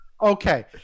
Okay